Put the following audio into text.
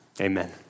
Amen